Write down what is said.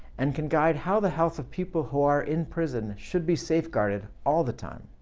and can guide how the health of people who are in prison should be safeguarded all the time.